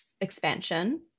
expansion